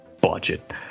budget